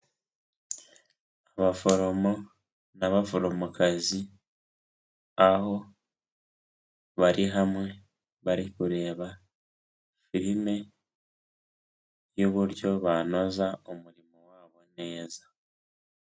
Abaforomo n'abaforomokazi aho bari hamwe, bari kureba filime y'uburyo banoza umurimo wabo neza.